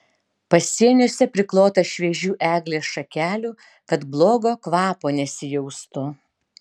pasieniuose priklota šviežių eglės šakelių kad blogo kvapo nesijaustų